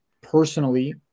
personally